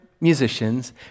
musicians